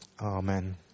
Amen